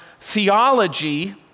theology